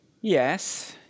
Yes